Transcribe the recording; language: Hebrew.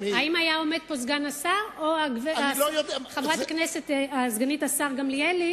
האם היה עומד פה סגן השר או סגנית השר גמליאל,